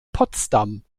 potsdam